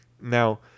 Now